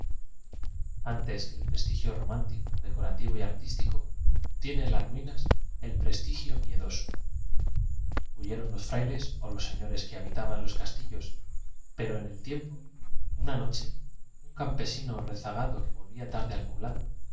antes que el prestigio romántico decora tivo y artístico tienen las ruinas el presti gio miedoso huyeron los frailes o los señores que habitaban los castillos pero en el tiempo una noche un campesino rezagado que vo l vía tarde al poblado ve